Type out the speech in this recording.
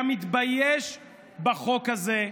היה מתבייש בחוק הזה,